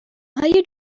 های